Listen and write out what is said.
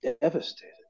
devastated